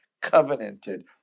covenanted